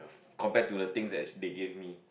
compared to the thing that they give me